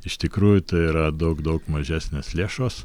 iš tikrųjų tai yra daug daug mažesnės lėšos